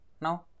now